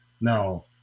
Now